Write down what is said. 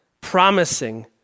promising